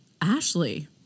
Ashley